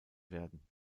werden